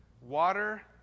water